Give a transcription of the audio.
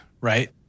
right